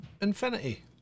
infinity